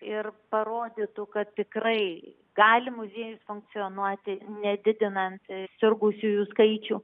ir parodytų kad tikrai gali muziejus funkcionuoti nedidinant sirgusiųjų skaičių